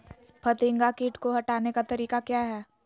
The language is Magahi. फतिंगा किट को हटाने का तरीका क्या है?